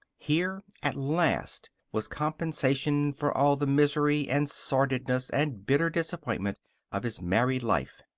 here, at last, was compensation for all the misery and sordidness and bitter disappointment of his married life.